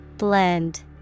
Blend